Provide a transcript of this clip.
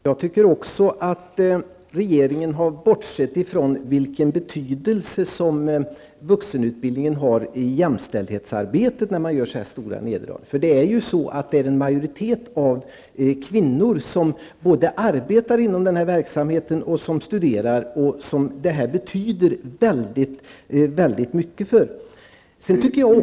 Herr talman! Jag tycker också att regeringen när den gör så här stora neddragningar har bortsett ifrån den betydelse som vuxenutbildningen har i jämställdhetsarbetet. Det är inom denna studieverksamhet en majoritet av kvinnor, och för dem betyder detta väldigt mycket.